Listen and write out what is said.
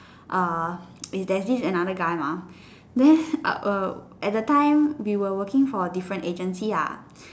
uh there's this another guy mah then uh err at the time we were working for different agency ah